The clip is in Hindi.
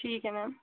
ठीक है मैम